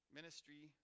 ministry